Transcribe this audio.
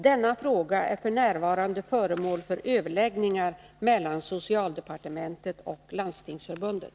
Denna fråga är f. n. föremål för överläggningar mellan socialdepartementet och Landstingsförbundet.